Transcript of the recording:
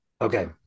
Okay